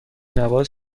نواز